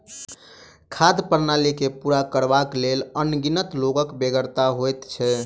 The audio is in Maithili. खाद्य प्रणाली के पूरा करबाक लेल अनगिनत लोकक बेगरता होइत छै